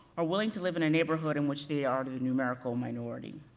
are willing to live in a neighborhood in which they are the numerical minority.